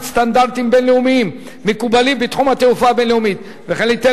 סטנדרטים בין-לאומיים מקובלים בתחום התעופה הבין-לאומית וכן ליתן